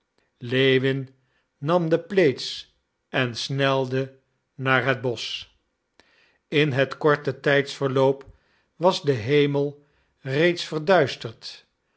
lewin nam de plaids en snelde naar het bosch in het korte tijdsverloop was de hemel reeds verduisterd